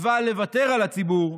אבל לוותר על הציבור,